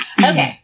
Okay